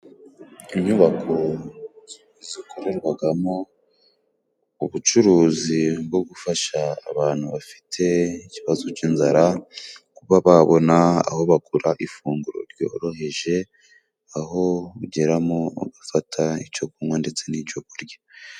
Inyubako zikorerwagamo ubucuruzi bwo gufasha abantu bafite ikibazo cy'inzara, kuba babona aho bagura ifunguro ryoroheje, aho ugeramo ugafata ico kunywa ndetse n'ico kurya.